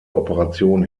operation